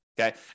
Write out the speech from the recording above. Okay